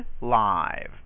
live